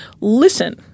listen